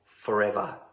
forever